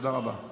תודה רבה.